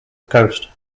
coast